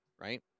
right